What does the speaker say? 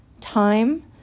time